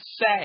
say